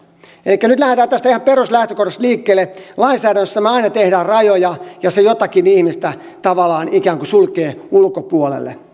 elikkä nyt lähdetään tästä ihan peruslähtökohdasta liikkeelle lainsäädännössä me aina teemme rajoja ja se joitakin ihmisiä tavallaan ikään kuin sulkee ulkopuolelle